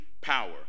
power